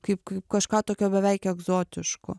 kaip kai kažką tokio beveik egzotiško